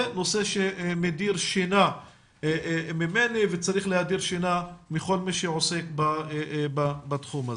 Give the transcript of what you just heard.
זה נושא שמדיר שינה ממני וצריך להדיר שינה מכל מי שעוסק בתחום הזה.